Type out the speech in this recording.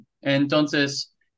entonces